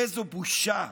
איזו בושה,